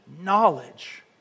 knowledge